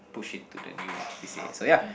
push it to the new c_c_a so ya